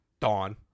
dawn